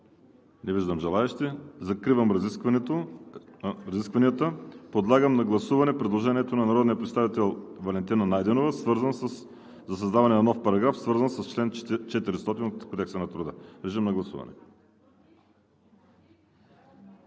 Не виждам желаещи. Закривам разискванията. Подлагам на гласуване предложението на народния представител Валентина Найденова за създаване на нов параграф, свързано с чл. 400 от Кодекса на труда. Гласували